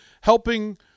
helping